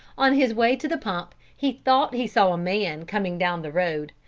on his way to the pump he thought he saw a man coming down the road,